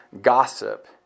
gossip